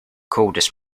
coldest